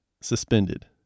suspended